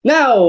Now